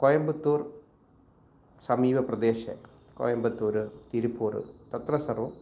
क्वयम्बत्तूर् समीपे प्रदेशे क्वयम्बत्तूरु तिरुप्पूर् तत्र सर्वम्